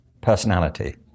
personality